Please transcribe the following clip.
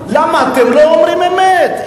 למה אתם לא אומרים אמת?